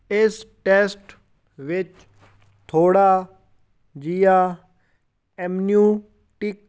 ਇਸ ਟੈਸਟ ਵਿੱਚ ਥੋੜ੍ਹਾ ਜਿਹਾ ਐਮਨੀਓਟਿਕ